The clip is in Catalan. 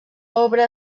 obra